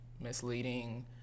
misleading